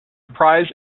prize